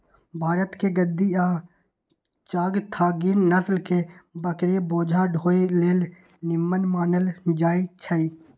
भारतके गद्दी आ चांगथागी नसल के बकरि बोझा ढोय लेल निम्मन मानल जाईछइ